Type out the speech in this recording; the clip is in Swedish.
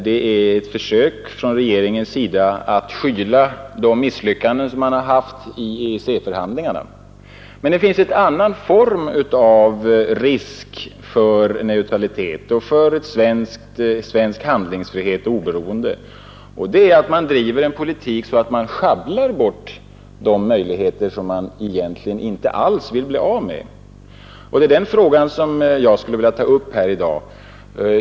Detta är ett försök från regeringens sida att skylla ifrån sig de misslyckanden som man har haft i EEC-förhandlingarna. Men det finns en annan form av risk för neutraliteten och för svensk handlingsfrihet och svenskt oberoende, och det är att man driver en sådan politik att man schabblar bort de möjligheter som man inte vill bli av med. Det är den risken jag vill ta upp här i dag.